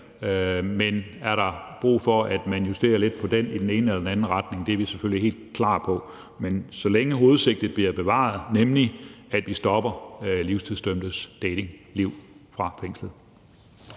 Er der brug for, at man justerer lidt på den i den ene eller den anden retning? Det er vi selvfølgelig helt klar til at se på, så længe hovedsigtet bliver bevaret, nemlig at vi stopper livstidsdømtes datingliv fra fængslet.